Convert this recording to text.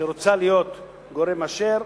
שרוצה להיות גורם מאשר,